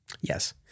Yes